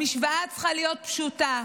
המשוואה צריכה להיות פשוטה: